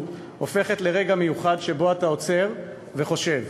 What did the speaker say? הופכת לרגע מיוחד שבו אתה עוצר וחושב: